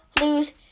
lose